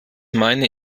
meine